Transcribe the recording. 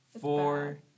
four